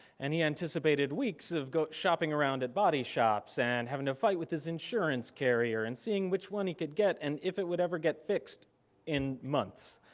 and he anticipated weeks of shopping around at body shops and having to fight with his insurance carrier and seeing which one he could get and if it would ever get fixed in months,